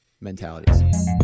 mentalities